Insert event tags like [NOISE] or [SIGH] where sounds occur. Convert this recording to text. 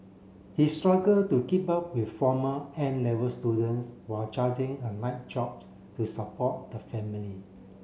he struggle to keep up with former N Level students while [UNINTELLIGIBLE] a night job to support the family